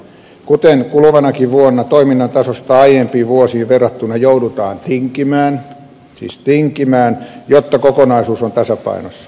kuten kuluvanakin vuonna toiminnan tasosta aiempiin vuosiin verrattuna joudutaan tinkimään siis tinkimään jotta kokonaisuus on tasapainossa